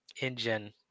engine